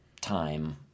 time